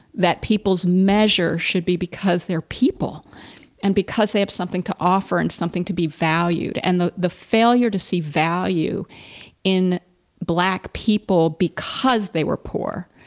that people's measure should be because they're people and because they have something to offer and something to be valued. and the the failure to see value in black people because they were poor,